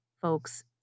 folks